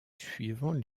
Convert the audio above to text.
suivant